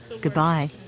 Goodbye